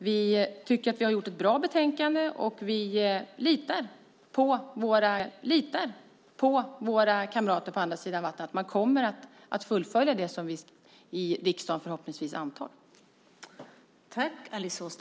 Vi tycker att vi har åstadkommit ett bra betänkande, och vi litar på att våra kamrater på andra sidan vattnet kommer att fullfölja det som vi i riksdagen förhoppningsvis antar.